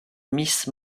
miss